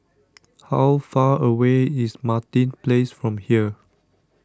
how far away is Martin Place from here